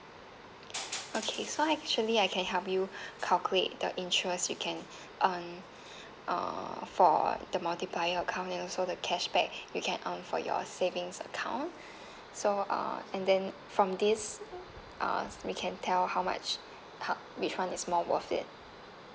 okay so actually I can help you calculate the interest you can earn uh for the multiplier account and also the cashback you can earn for your savings account so uh and then from this uh we can tell how much ha which one is more worth it